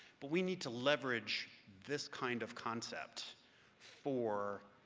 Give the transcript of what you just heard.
but we need to leverage this kind of concept for